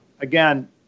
Again